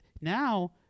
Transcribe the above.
now